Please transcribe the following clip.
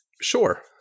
Sure